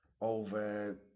over